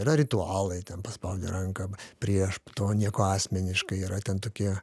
yra ritualai ten paspaudi ranką prieš to nieko asmeniška yra ten tokie